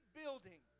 building